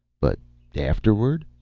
but afterward?